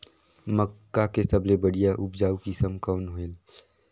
मक्का के सबले बढ़िया उपजाऊ किसम कौन हवय?